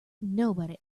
nobody